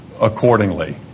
accordingly